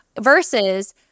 Versus